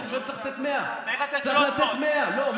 אני חושב שצריך לתת 100%. 300. צריך לתת 300. לא,